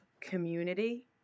community